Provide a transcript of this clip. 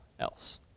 else